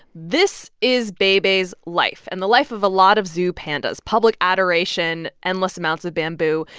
this is bei bei's life and the life of a lot of zoo pandas public adoration, endless amounts of bamboo.